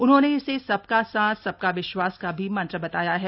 उन्होंने इसे सबका साथ सबका विश्वास का भी मंत्र बताया है